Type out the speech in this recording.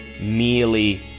merely